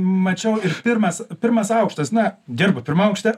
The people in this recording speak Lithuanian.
mačiau ir pirmas pirmas aukštas na dirbu pirmam aukšte